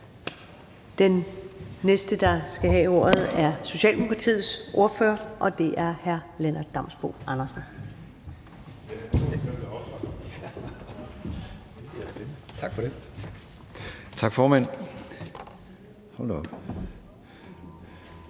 Den næste, der skal have ordet, er Socialdemokratiets ordfører, og det er hr. Lennart Damsbo-Andersen.